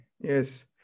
Yes